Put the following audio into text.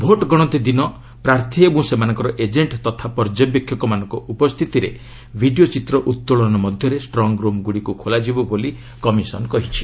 vote ଗଣତି ଦିନ ପ୍ରାର୍ଥୀ ଓ ସେମାନଙ୍କର ଏଜେଣ୍ଟ ତଥା ପର୍ଯ୍ୟବେକ୍ଷକମାନଙ୍କ ଉପସ୍ଥିତିରେ ଭିଡ଼ିଓ ଚିତ୍ର ଉତ୍ତୋଳନ ମଧ୍ୟରେ ଷ୍ଟ୍ରଙ୍ଗ୍ରୁମ୍ଗୁଡ଼ିକୁ ଖୋଲାଯିବ ବୋଲି କମିଶନ୍ କହିଛି